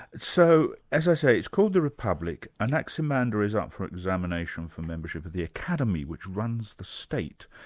so as i say, it's called the republic, anaxamander is up for examination for membership of the academy, which runs the state.